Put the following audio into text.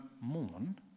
mourn